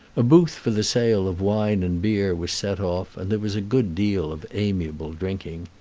a booth for the sale of wine and beer was set off, and there was a good deal of amiable drinking.